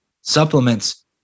supplements